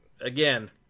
again